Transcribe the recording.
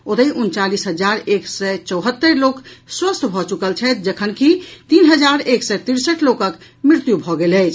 ओतहि उनचालीस हजार एक सय चौहत्तरि लोक स्वस्थ भऽ चुकल छथि जखनकि तीन हजार एक सय तिरसठि लोकक मृत्यु भऽ गेल अछि